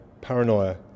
paranoia